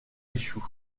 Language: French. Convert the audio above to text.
échoue